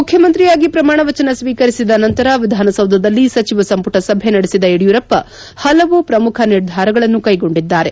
ಮುಖ್ಯಮಂತ್ರಿಯಾಗಿ ಪ್ರಮಾಣವಚನ ಸ್ತೀಕರಿಸಿದ ನಂತರ ವಿಧಾನಸೌಧದಲ್ಲಿ ಸಚಿವ ಸಂಪುಟ ಸಭೆ ನಡೆಸಿದ ಯಡಿಯೂರಪ್ಪ ಪಲವು ಪ್ರಮುಖ ನಿರ್ಧಾರಗಳನ್ನು ಕೈಗೊಂಡಿದ್ದಾರೆ